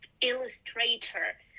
illustrator